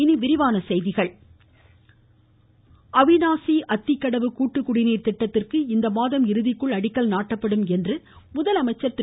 முதலமைச்சர் அவினாசி அத்திகடவு கூட்டுக்குடிநீர் திட்டத்திற்கு இந்த மாதம் இறுதிக்குள் அடிக்கல் நாட்டப்படும் என்று முதலமைச்சர் திரு